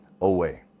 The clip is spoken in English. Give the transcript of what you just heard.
away